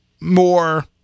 more